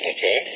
Okay